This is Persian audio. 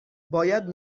باید